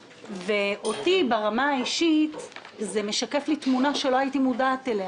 לי ברמה האישית זה משקף תמונה שלא הייתי מודעת אליה.